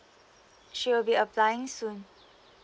she will be applying soon